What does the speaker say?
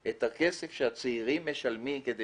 את הכסף שהצעירים משלמים כדי